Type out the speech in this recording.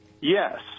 yes